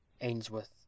Ainsworth